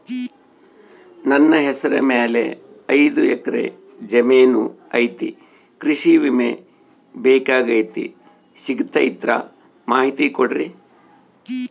ನನ್ನ ಹೆಸರ ಮ್ಯಾಲೆ ಐದು ಎಕರೆ ಜಮೇನು ಐತಿ ಕೃಷಿ ವಿಮೆ ಬೇಕಾಗೈತಿ ಸಿಗ್ತೈತಾ ಮಾಹಿತಿ ಕೊಡ್ರಿ?